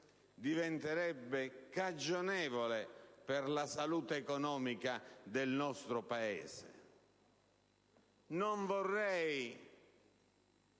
diventerebbe cagionevole per la salute economica del nostro Paese. Non vorrei